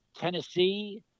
Tennessee